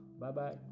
Bye-bye